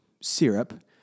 syrup